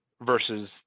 versus